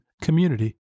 community